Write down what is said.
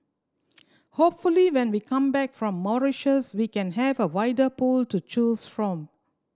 hopefully when we come back from Mauritius we can have a wider pool to choose from